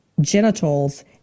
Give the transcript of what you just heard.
genitals